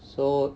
so